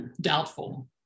doubtful